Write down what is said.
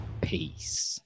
peace